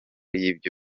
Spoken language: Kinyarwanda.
y’ibyo